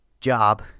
job